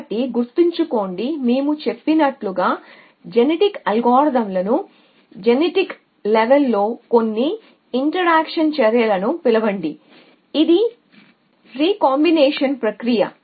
కాబట్టి గుర్తుంచుకోండి మేము చెప్పినట్లు జినేటిక్ అల్గోరిథంలను జినేటిక్ లేవెల్ లో కొన్ని ఇంటర్యాక్షన్ చర్యలను పిలవండి ఇది రీకాంబినేషన్ ప్రక్రియ